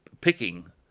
picking